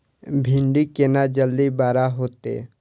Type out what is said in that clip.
भिंडी केना जल्दी बड़ा होते?